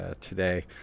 today